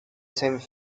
cent